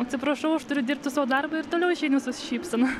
atsiprašau aš turiu dirbti savo darbą ir toliau išeini su šypsena